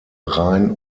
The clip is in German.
rhein